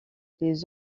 les